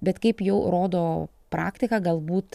bet kaip jau rodo praktika galbūt